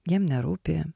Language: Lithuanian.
jiem nerūpi